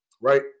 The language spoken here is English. Right